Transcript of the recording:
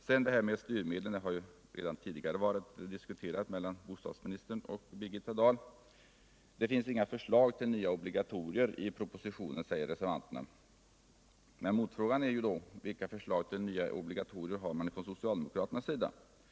Så har vi detta med styrmedlen, en fråga som redan har diskuterats mellan bostadsministern och Birgitta Dahl. Det finns inga förslag till nya obligatorier i propositionen, säger reservanterna. Motfrågan är då: Vilka förslag till nya obligatorier har man från socialdemokraternas sida?